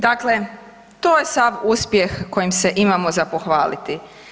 Dakle, to je sav uspjeh kojim se imamo za pohvaliti.